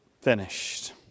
finished